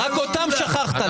רק אותם שכחתם.